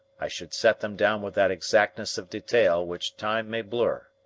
i should set them down with that exactness of detail which time may blur.